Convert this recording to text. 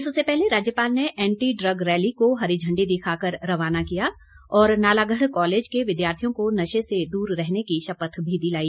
इससे पहले राज्यपाल ने एंटी ड्रग रैली को हरी झंडी दिखाकर रवाना किया और नालागढ़ कॉलेज के विद्यार्थियों को नशे से दूर रहने की शपथ भी दिलाई